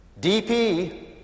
DP